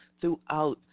throughout